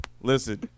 listen